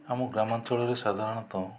ଆମ ଗ୍ରାମାଞ୍ଚଳରେ ସାଧାରଣତଃ